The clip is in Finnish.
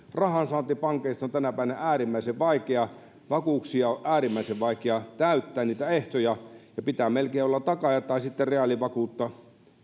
niin rahansaanti pankeista on tänäpänä äärimmäisen vaikeaa vakuuksia niitä ehtoja on äärimmäisen vaikea täyttää ja pitää melkein olla takaajat tai sitten reaalivakuutta eli esimerkiksi